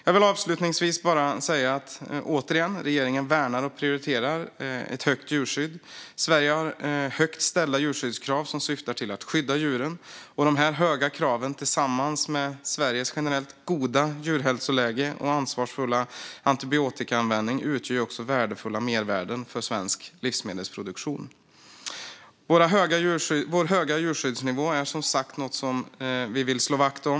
Jag vill avslutningsvis återigen säga att regeringen värnar och prioriterar ett högt djurskydd. Sverige har högt ställda djurskyddskrav som syftar till att skydda djuren, och dessa höga krav tillsammans med Sveriges generellt goda djurhälsoläge och ansvarsfulla antibiotikaanvändning utgör också värdefulla mervärden för svensk livsmedelsproduktion. Vår höga djurskyddsnivå är som sagt något vi vill slå vakt om.